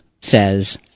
says